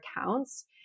accounts